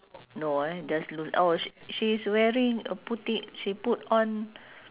no ah just loo~ oh sh~ she's wearing uh putting she put on